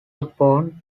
upon